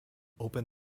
opened